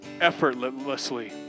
effortlessly